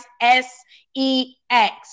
S-E-X